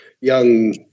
young